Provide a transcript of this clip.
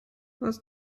was